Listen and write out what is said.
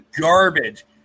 garbage